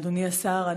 אדוני השר,